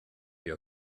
your